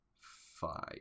five